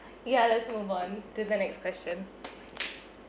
ya let's move on to the next question